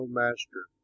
master